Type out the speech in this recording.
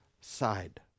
side